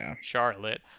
Charlotte